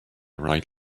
right